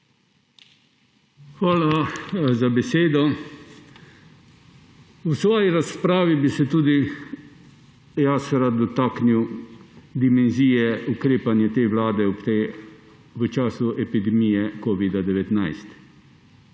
Hvala za besedo. V svoji razpravi bi se tudi jaz rad dotaknil dimenzije ukrepanja te vlade v času epidemije covida-19,